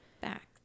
Back